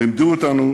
לימדו אותנו,